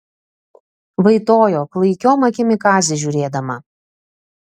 vaitojo klaikiom akim į kazį žiūrėdama